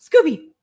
Scooby